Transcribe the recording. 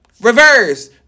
Reverse